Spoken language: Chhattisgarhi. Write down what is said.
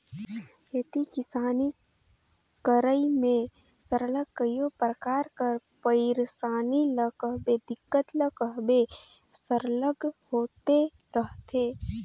खेती किसानी करई में सरलग कइयो परकार कर पइरसानी ल कहबे दिक्कत ल कहबे सरलग होते रहथे